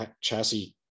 chassis